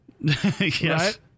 Yes